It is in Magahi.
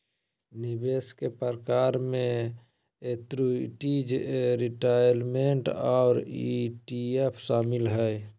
निवेश के प्रकार में एन्नुटीज, रिटायरमेंट और ई.टी.एफ शामिल हय